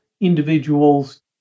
individuals